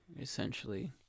essentially